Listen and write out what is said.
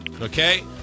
Okay